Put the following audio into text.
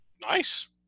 Nice